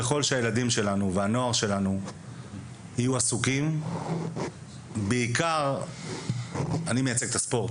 ככל שהילדים שלנו והנוער שלנו יהיו עסוקים אני מייצג את הספורט,